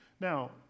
Now